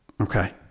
Okay